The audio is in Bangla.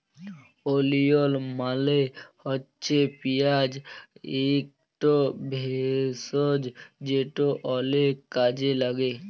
ওলিয়ল মালে হছে পিয়াঁজ ইকট ভেষজ যেট অলেক কাজে ল্যাগে